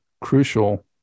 crucial